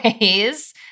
ways